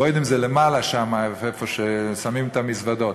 בוידם זה למעלה שם, איפה ששמים את המזוודות.